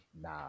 Nah